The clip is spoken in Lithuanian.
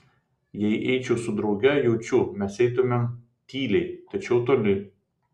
jei eičiau su drauge jaučiu mes eitumėm tyliai tačiau toli